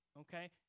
Okay